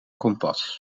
kompas